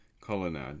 colonnade